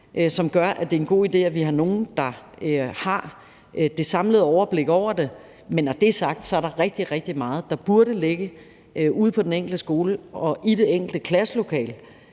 som gør, at det er en god idé, at vi har nogen, der har det samlede overblik over det. Men når det er sagt, er der rigtig, rigtig meget, der burde ligge ude på den enkelte skole og i det enkelte klasselokale,